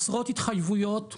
עשרות התחייבויות כתובות,